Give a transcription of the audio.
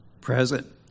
present